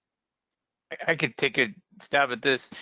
i could take a stab at this.